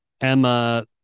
Emma